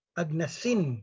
agnasin